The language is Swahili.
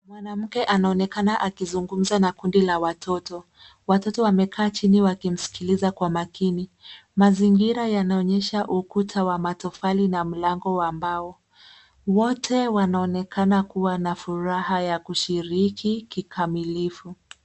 Mwanamke anaonekana akizungumza na kundi la watoto. Watoto wameka chini wakimsikiliza kwa makini. Mazingira yanaonyeshaukuta wa matofali na mlango wa mbao. Wote wanaonekana kuwa na furaha ya kushiriki kikamilifu.